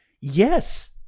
Yes